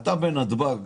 אתה בנתב"ג.